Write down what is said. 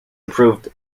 approved